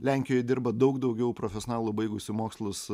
lenkijoj dirba daug daugiau profesionalų baigusių mokslus